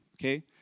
okay